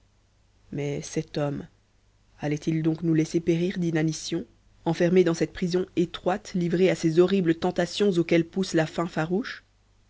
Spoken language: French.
mais cet homme allait-il donc nous laisser périr d'inanition enfermés dans cette prison étroite livrés à ces horribles tentations auxquelles pousse la faim farouche